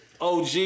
OG